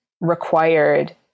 required